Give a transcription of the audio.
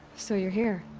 so you're here.